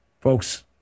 Folks